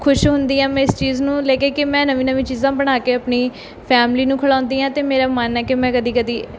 ਖੁਸ਼ ਹੁੰਦੀ ਹਾਂ ਮੈਂ ਇਸ ਚੀਜ਼ ਨੂੰ ਲੈ ਕੇ ਕਿ ਮੈਂ ਨਵੀਂ ਨਵੀਂ ਚੀਜ਼ਾਂ ਬਣਾ ਕੇ ਆਪਣੀ ਫੈਮਲੀ ਨੂੰ ਖੁਆਉਂਦੀ ਹਾਂ ਅਤੇ ਮੇਰਾ ਮਨ ਹੈ ਕਿ ਮੈਂ ਕਦੀ ਕਦੀ